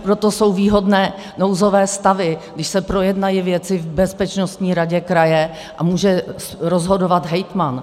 Proto jsou výhodné nouzové stavy, kdy se projednají věci v bezpečností radě kraje a může rozhodovat hejtman.